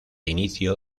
inicio